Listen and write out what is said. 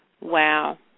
Wow